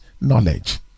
knowledge